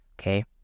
okay